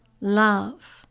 love